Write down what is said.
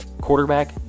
Quarterback